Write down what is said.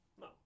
No